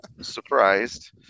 surprised